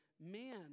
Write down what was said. man